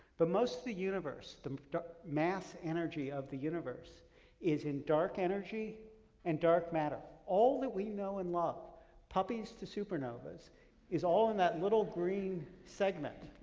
but most of the universe, the mass energy of the universe is in dark energy and dark matter. all that we know and love puppies to supernovas is all in that little green segment